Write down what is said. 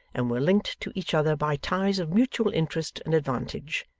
and were linked to each other by ties of mutual interest and advantage,